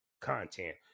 content